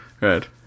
Right